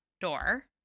door